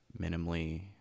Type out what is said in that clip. minimally